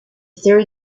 third